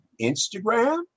Instagram